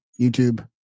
YouTube